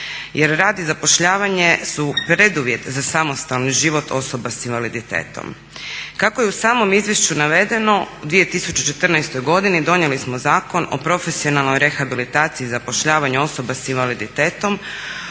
jer rad i zapošljavanje su preduvjet za samostalni život osoba sa invaliditetom. Kako je u samom izvješću navedeno u 2014. godini donijeli smo Zakon o profesionalnoj rehabilitaciji i zapošljavanju osoba s invaliditetom.